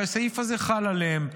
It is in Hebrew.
שהסעיף הזה חל עליהם.